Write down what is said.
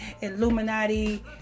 Illuminati